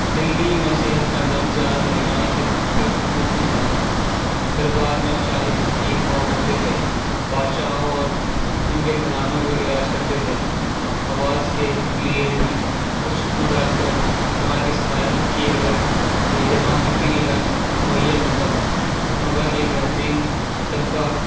دلی میں صحت کا نظام زیادہ تر یونانی طب پر مبنی تھا دربار میں شاہی حکیم ہوا کرتے تھے بادشاہوں اور ان کے گھرانوں کا علاج کرتے تھے آواز کے لیے بھی کچھ مدارس اور مراکز قائم کیے گئے تھے جہاں طبی علاج مہیا ہوتا تھا مگر یہ بہترین طبقہ